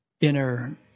inner